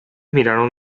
miraron